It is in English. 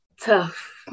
Tough